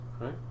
Right